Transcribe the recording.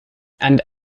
and